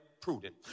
prudent